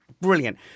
Brilliant